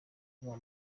kuba